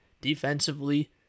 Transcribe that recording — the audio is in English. Defensively